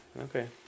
Okay